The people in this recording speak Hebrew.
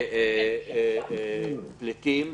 ופליטים הוא